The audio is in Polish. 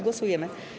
Głosujemy.